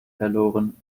verloren